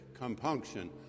compunction